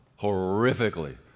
horrifically